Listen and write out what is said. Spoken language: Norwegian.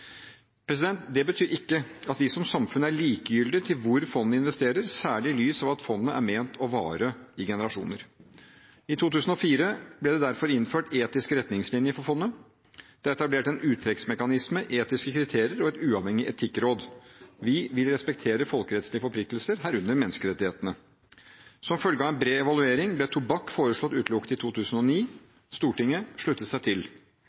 Det betyr ikke at vi som samfunn er likegyldige til hvor fondet investerer, særlig i lys av at fondet er ment å vare i generasjoner. I 2004 ble det derfor innført etiske retningslinjer for fondet. Det er etablert en uttrekksmekanisme, etiske kriterier og et uavhengig etikkråd. Vi vil respektere folkerettslige forpliktelser, herunder menneskerettighetene. Som følge av en bred evaluering ble tobakk foreslått utelukket i 2009. Stortinget sluttet seg til.